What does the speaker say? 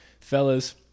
fellas